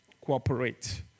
Cooperate